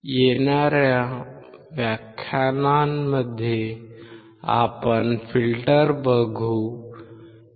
येणाऱ्या व्याख्यानमध्ये आपण फिल्टर बघू